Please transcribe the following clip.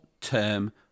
term